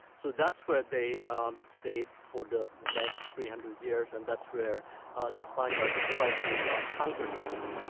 so that's where they um stayed for the next three hundred years and that's where the spaniards tried to ah conquer them.